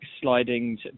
Slidings